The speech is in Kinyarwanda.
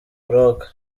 buroko